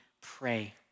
pray